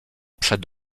przed